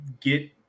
get